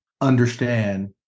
understand